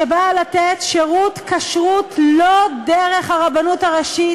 שבאה לתת שירות כשרות לא דרך הרבנות הראשית,